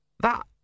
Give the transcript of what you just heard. That